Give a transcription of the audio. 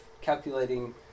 calculating